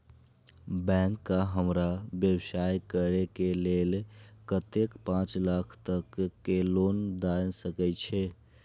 Bank का हमरा व्यवसाय करें के लेल कतेक पाँच लाख तक के लोन दाय सके छे?